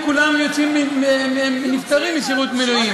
עם שישה ילדים, כולם נפטרים משירות מילואים,